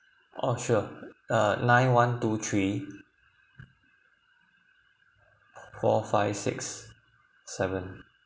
oh sure uh nine one two three four five six seven